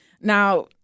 Now